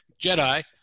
Jedi –